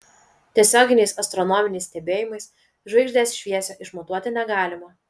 tiesioginiais astronominiais stebėjimais žvaigždės šviesio išmatuoti negalima